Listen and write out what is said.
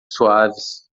suaves